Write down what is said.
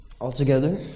altogether